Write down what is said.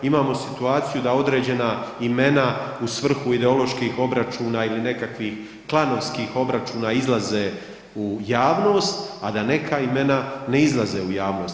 Imamo situaciju da određena imena u svrhu ideoloških obračuna ili nekakvih klanovskih obračuna izlaze u javnost, a da neka imena ne izlaze u javnost.